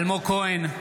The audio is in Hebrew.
אלמוג כהן,